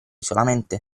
solamente